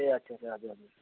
ए अच्छा अच्छा हजुर हजुर